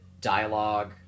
dialogue